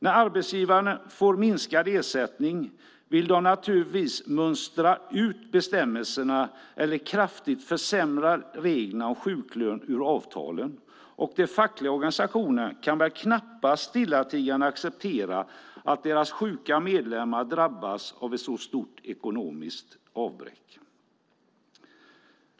När arbetsgivarna får minskad ersättning vill de naturligtvis mönstra ut bestämmelserna eller kraftigt försämra reglerna om sjuklön ur avtalen, och de fackliga organisationerna kan väl knappast stillatigande acceptera att deras sjuka medlemmar drabbas av ett så stort ekonomiskt avbräck.